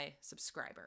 subscriber